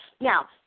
now